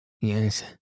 Yes